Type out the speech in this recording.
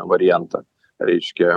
variantą reiškia